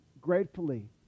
gratefully